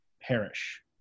perish